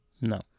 No